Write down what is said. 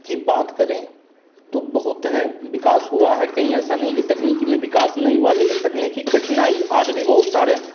की बात करें तो बहुत है विकास हुआ है कहीं ऐसा नहीं है कि तकनीकी में विकास नहीं हुआ है लेकिन तकनीकी कठिनाई आज भी बहुत सारे हैं